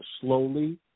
slowly